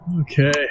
Okay